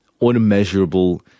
unmeasurable